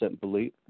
believe